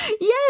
Yes